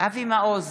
אבי מעוז,